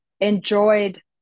enjoyed